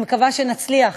אני מקווה שנצליח,